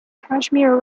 kashmir